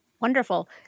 Wonderful